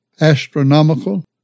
astronomical